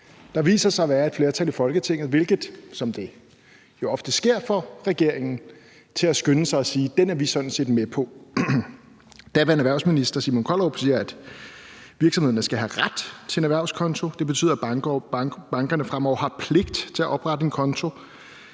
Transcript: Der viser sig at være et flertal i Folketinget, hvilket får regeringen, hvad der jo ofte sker, til at skynde sig at sige: Den er vi sådan set med på. Daværende erhvervsminister Simon Kollerup siger, at virksomhederne skal have ret til en erhvervskonto; at det betyder, at bankerne fremover har pligt til at oprette en konto;